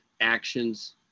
actions